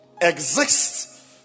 exists